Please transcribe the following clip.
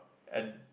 at